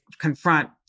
confront